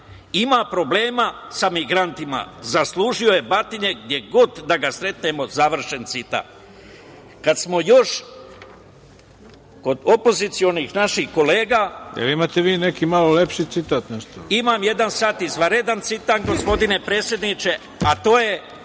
Ima problema sa migrantima, zaslužio je batine, gde-god da ga sretnemo, završen citat. Kad smo još kod opozicionih naših kolega…(Predsednik: Da li vi neki malo lepši citat?)Imam jedan izvanredan citat, gospodine predsedniče, a to je